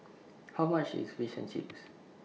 How much IS Fish and Chips